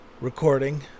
recording